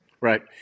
Right